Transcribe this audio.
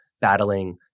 battling